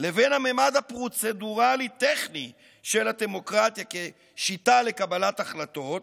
לבין הממד הפרוצדורלי-טכני של הדמוקרטיה כשיטה לקבלת החלטות